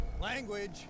language